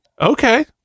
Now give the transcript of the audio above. Okay